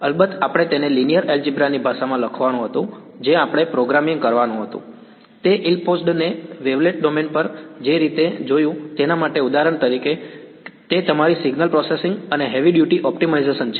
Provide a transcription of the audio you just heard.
અલબત્ત આપણે તેને લિનિયર એલ્જિબ્રા ની ભાષામાં લખવાનું હતું જે આપણે પ્રોગ્રામિંગ કરવાનું હતું અને તે ઇલ પોઝડનેસ ને વેવલેટ ડોમેન પર જે રીતે જોયું તેના માટે ઉદાહરણ તરીકે તે તમારી સિગ્નલ પ્રોસેસિંગ અને હેવી ડ્યુટી ઓપ્ટિમાઇઝેશન છે